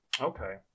Okay